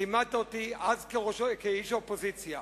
לימדת אותי אז, כאיש האופוזיציה,